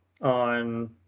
on